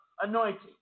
anointing